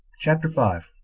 chapter five.